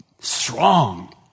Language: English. Strong